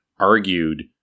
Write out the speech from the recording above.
argued